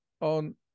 on